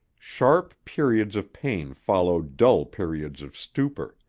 sharp periods of pain followed dull periods of stupor.